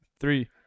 three